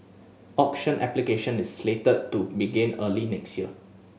auction application is slated to begin early next year